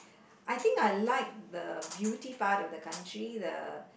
I think I like the beauty part of the country the